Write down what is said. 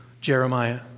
Jeremiah